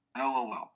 LOL